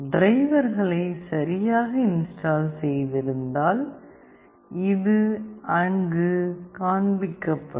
டிரைவர்களை சரியாக இன்ஸ்டால் செய்திருந்தால் இது அங்கு காண்பிக்கப்படும்